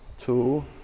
two